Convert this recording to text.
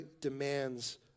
demands